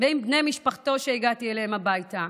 ועם בני משפחתו, שהגעתי אליהם הביתה.